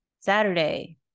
Saturday